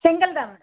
single தான் madam